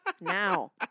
Now